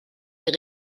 des